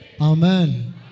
Amen